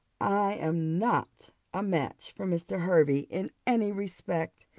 i am not a match for mr. hervey in any respect.